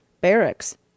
barracks